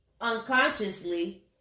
unconsciously